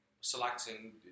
Selecting